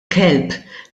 kelb